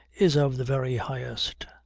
is of the very highest.